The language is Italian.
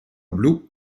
blu